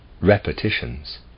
repetitions